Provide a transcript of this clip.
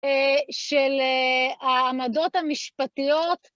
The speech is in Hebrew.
של העמדות המשפטיות.